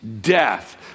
death